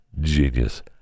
genius